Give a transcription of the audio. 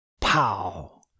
Pow